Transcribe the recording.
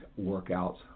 workouts